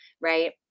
right